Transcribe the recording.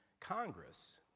Congress